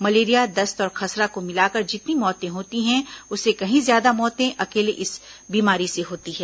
malaria दस्त और खसरा को मिलाकर जितनी मौतें होती हैं उससे कहीं ज्यादा मौतें अकेले इस बीमारी से होती हैं